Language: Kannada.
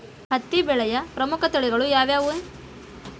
ಹತ್ತಿ ಬೆಳೆಯ ಪ್ರಮುಖ ತಳಿಗಳು ಯಾವ್ಯಾವು?